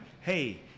hey